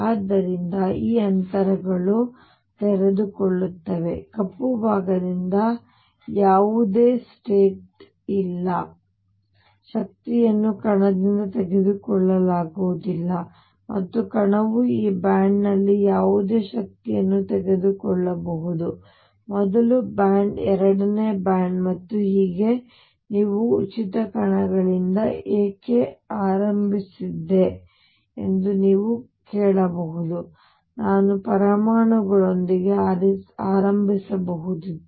ಆದ್ದರಿಂದ ಈ ಅಂತರಗಳು ತೆರೆದುಕೊಳ್ಳುತ್ತವೆ ಈ ಕಪ್ಪು ಭಾಗದಿಂದ ಯಾವುದೇಸ್ಟೇಟ್ ಇಲ್ಲ ಈ ಶಕ್ತಿಯನ್ನು ಕಣದಿಂದ ತೆಗೆದುಕೊಳ್ಳಲಾಗುವುದಿಲ್ಲ ಮತ್ತು ಕಣವು ಈ ಬ್ಯಾಂಡ್ನಲ್ಲಿ ಯಾವುದೇ ಶಕ್ತಿಯನ್ನು ತೆಗೆದುಕೊಳ್ಳಬಹುದು ಮೊದಲ ಬ್ಯಾಂಡ್ ಎರಡನೇ ಬ್ಯಾಂಡ್ ಮತ್ತು ಹೀಗೆ ನೀವು ಉಚಿತ ಕಣಗಳಿಂದ ಏಕೆ ಆರಂಭಿಸಿದ್ದೆ ಎಂದು ನೀವು ಕೇಳಬಹುದು ನಾನು ಪರಮಾಣುಗಳೊಂದಿಗೆ ಆರಂಭಿಸಬಹುದಿತ್ತು